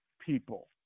people